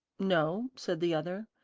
no, said the other.